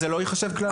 וזה לא ייחשב כקללה?